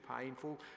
painful